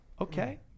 Okay